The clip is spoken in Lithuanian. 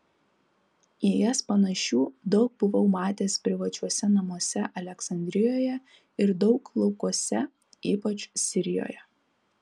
į jas panašių daug buvau matęs privačiuose namuose aleksandrijoje ir daug laukuose ypač sirijoje